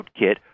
rootkit